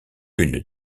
une